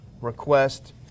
request